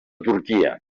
turquia